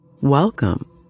Welcome